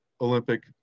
Olympic